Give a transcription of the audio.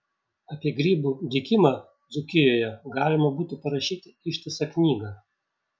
apie grybų dygimą dzūkijoje galima būtų parašyti ištisą knygą